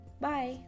Bye